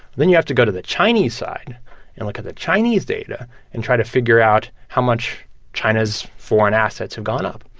then you have to go to the chinese side and look at the chinese data and try to figure out how much china's foreign assets have gone up.